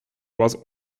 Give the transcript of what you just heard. was